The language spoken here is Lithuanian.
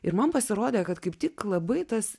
ir man pasirodė kad kaip tik labai tas